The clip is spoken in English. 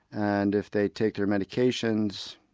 and if they take their medications,